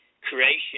creation